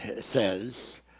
says